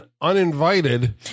Uninvited